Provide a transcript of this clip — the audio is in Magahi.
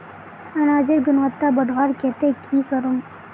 अनाजेर गुणवत्ता बढ़वार केते की करूम?